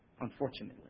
Unfortunately